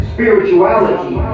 Spirituality